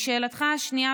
לשאלתך השנייה,